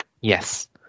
Yes